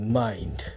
mind